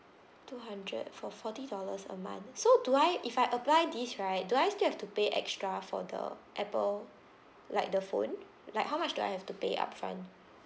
two hundred for forty dollars a month so do I if I apply this right do I still have to pay extra for the apple like the phone like how much do I have to pay upfront